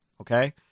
okay